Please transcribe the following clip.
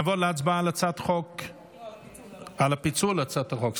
נעבור להצבעה על פיצול הצעת החוק,